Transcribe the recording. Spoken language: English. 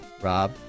Rob